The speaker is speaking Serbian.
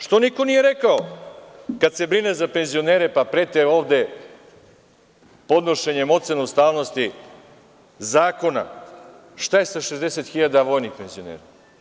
Što niko nije rekao, kad se brine za penzionere, pa prete ovde podnošenjem ocena ustavnosti zakona, šta je sa 60.000 vojnih penzionera?